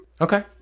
Okay